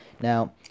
Now